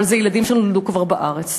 אבל זה ילדים שנולדו כבר בארץ,